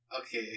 Okay